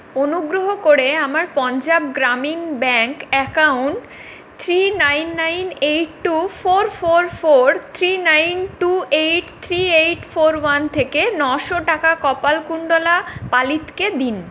অনুগ্রহ করে আমার Punjab Gramin bank account three nine nine eight two four four four three nine two eight three eight four one থেকে নশো টাকা কপালকুণ্ডলা পালিতকে দিন